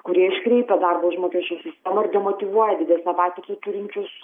kurie iškreipia darbo užmokesčio sistemą ir demotyvuoja didesnę patirtį turinčius